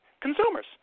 Consumers